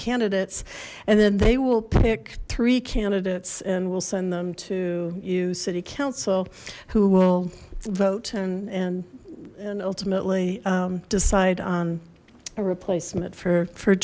candidates and then they will pick three candidates and we'll send them to you city council who will vote and and and ultimately decide on a replacement for for